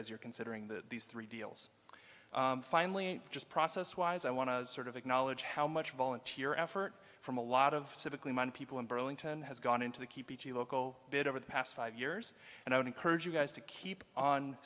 as you're considering that these three deals finally just process wise i want to sort of acknowledge how much volunteer effort from a lot of civically man people in burlington has gone into the keep the local bit over the past five years and i would encourage you guys to keep on